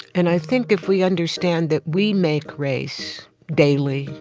and i think if we understand that we make race daily,